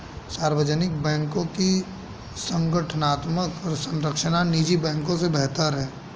सार्वजनिक बैंकों की संगठनात्मक संरचना निजी बैंकों से बेहतर है